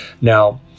Now